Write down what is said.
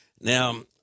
Now